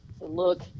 Look